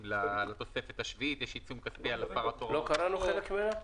תוספת שביעית חלק א' (סעיף